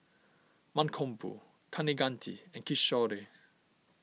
Mankombu Kaneganti and Kishore